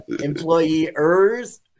Employers